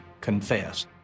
confess